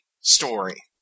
story